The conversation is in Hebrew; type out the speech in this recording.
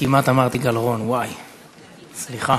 כמעט אמרתי גלרון, וואי, סליחה.